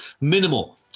minimal